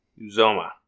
Uzoma